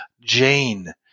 Jane